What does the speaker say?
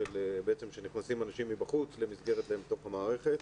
כשנכנסים אנשים מבחוץ למסגרת בתוך המערכת.